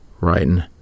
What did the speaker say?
writing